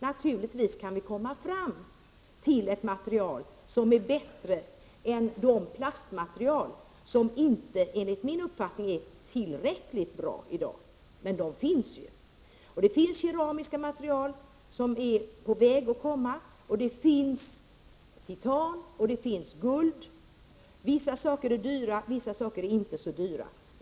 Naturligtvis kan vi komma fram till ett material som är bättre än de plastmaterial som, enligt min uppfattning, inte är tillräckligt bra i dag. Det finns keramiska material som är på väg. Det finns titan och guld. Vissa material är dyra, andra är inte så dyra.